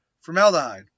formaldehyde